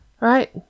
Right